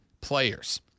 players